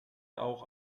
auch